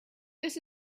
this